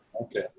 Okay